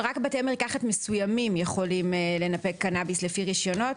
רק בתי מרקחת מסוימים יכולים לנפק קנביס לפי רישיונות.